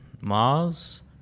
Mars